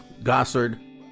Gossard